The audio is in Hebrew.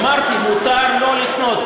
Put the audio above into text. אמרתי: מותר לא לקנות,